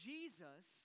Jesus